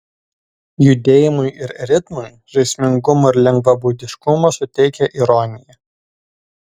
judėjimui ir ritmui žaismingumo ir lengvabūdiškumo suteikia ironija